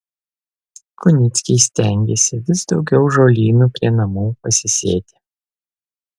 kunickiai stengiasi vis daugiau žolynų prie namų pasisėti